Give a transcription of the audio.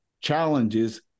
challenges